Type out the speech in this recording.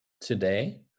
today